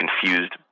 confused